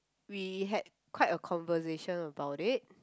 we had quite a conversation about it